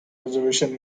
reservation